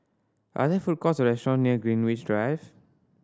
are there food courts or restaurant near Greenwich Drive